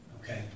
Okay